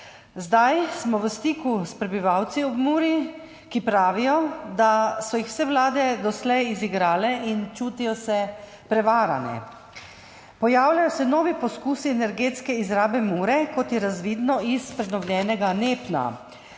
Zdaj smo v stiku s prebivalci ob Muri, ki pravijo, da so jih vse vlade doslej izigrale, in čutijo se prevarane. Pojavljajo se novi poskusi energetske izrabe Mure, kot je razvidno iz prenovljenega NEPN.